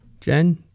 Jen